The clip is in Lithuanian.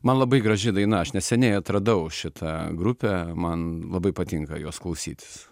man labai graži daina aš neseniai atradau šitą grupę man labai patinka jos klausytis